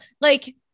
like-